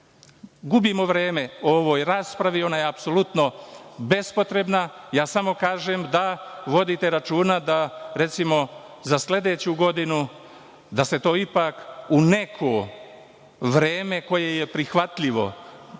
Gubimo vreme u ovoj raspravi, ona je apsolutno bespotrebna. Ja samo kažem da vodite računa da, recimo, za sledeću godinu, da se to ipak u neko vreme koje je prihvatljivo dostavi